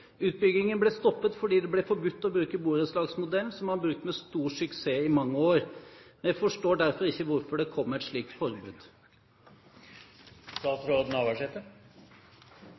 Utbyggingen ble stoppet fordi det ble forbudt å bruke borettslagsmodellen, som er brukt med stor suksess i mange år. Jeg forstår derfor ikke hvorfor det kom et slikt forbud.